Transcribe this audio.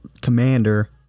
commander